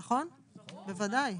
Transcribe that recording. נכון, בוודאי.